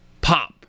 pop